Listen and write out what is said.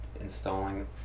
installing